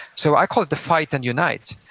so i call it the fight and unite,